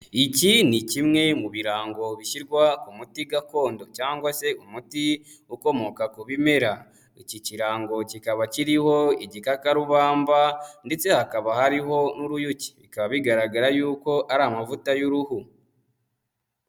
Iki ni kimwe mu birango bishyirwa ku muti gakondo cyangwa se umuti ukomoka ku bimera, iki kirango kikaba kiriho igikakarubamba ndetse hakaba hariho n'uruyuki, bikaba bigaragara yuko ari amavuta y'uruhu.